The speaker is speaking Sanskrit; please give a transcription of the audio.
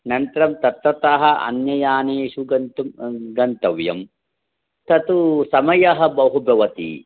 नन्तरं तत्रतः अन्ययानेषु गन्तुं गन्तव्यं त तु समयः बहु भवति